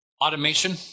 Automation